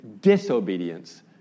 disobedience